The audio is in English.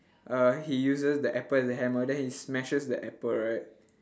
uh he uses the apple as a hammer then he smashes the apple right